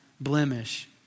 blemish